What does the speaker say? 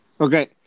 Okay